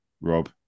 Rob